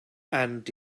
and